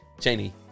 Cheney